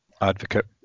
Advocate